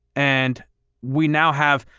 and we now have,